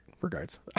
regards